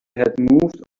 had